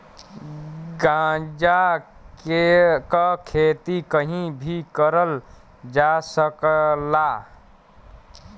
गांजा क खेती कहीं भी करल जा सकला